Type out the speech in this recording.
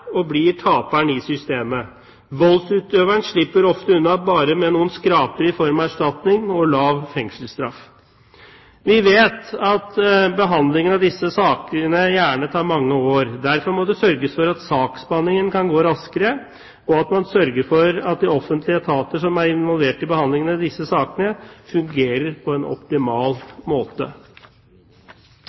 og blir taperen i systemet. Voldsutøveren slipper ofte unna bare med noen skraper i form av erstatning og lav fengselsstraff. Vi vet at behandlingen av disse sakene gjerne tar mange år. Derfor må det sørges for at saksbehandlingen kan gå raskere, og at de offentlige etater som er involvert i behandling av disse sakene, fungerer på en optimal måte.